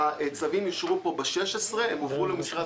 הצווים אושרו פה ב-16 והועברו למשרד